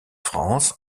france